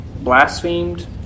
blasphemed